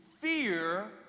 fear